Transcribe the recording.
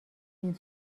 این